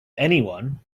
anyone